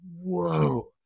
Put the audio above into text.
whoa